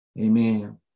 Amen